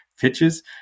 pitches